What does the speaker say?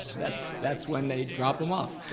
that's right. that's when they drop em off.